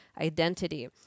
identity